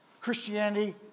Christianity